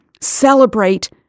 celebrate